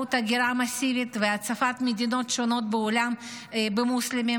באמצעות הגירה מסיבית והצפת מדינות שונות בעולם במוסלמים,